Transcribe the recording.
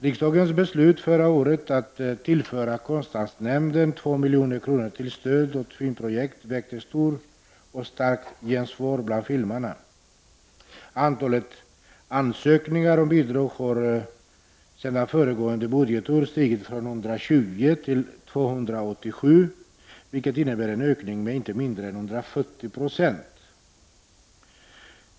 Riksdagsbeslutet förra året att tillföra konstnärsnämnden 2 milj.kr. till stöd för filmprojekt väckte stort och starkt gensvar bland filmarna. Antalet ansökningar har sedan föregående budgetår stigit från 120 till 287, vilket innebär en ökning med inte mindre än 140 96.